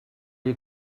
you